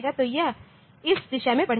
तो यह इस दिशा में बढ़ेगा